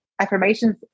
affirmations